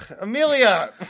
Amelia